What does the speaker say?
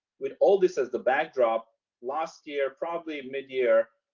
with all this as the backdrop last year, probably mid-year,